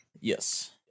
Yes